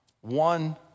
One